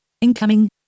Incoming